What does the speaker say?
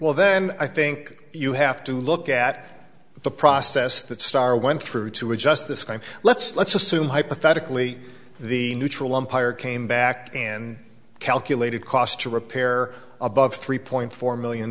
well then i think you have to look at the process that star went through to adjust this crime let's let's assume hypothetically the neutral umpire came back and calculated cost to repair above three point four million